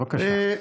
בבקשה.